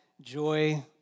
joy